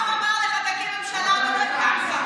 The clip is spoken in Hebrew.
העם אמר לך: תקים ממשלה, ולא הקמת.